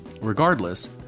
Regardless